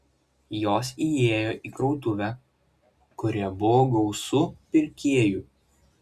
jos įėjo į krautuvę kurioje buvo gausu pirkėjų